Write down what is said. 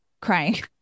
crying